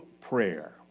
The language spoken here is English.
prayer